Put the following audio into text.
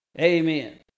Amen